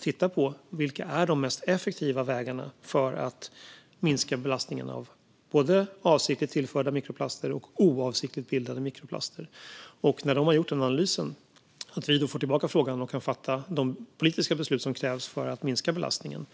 titta på vilka de mest effektiva vägarna är för att minska belastningen av både avsiktligt tillförda och oavsiktligt bildade mikroplaster. När de har gjort sin analys får vi tillbaka frågan och kan fatta de politiska beslut som krävs för att minska belastningen.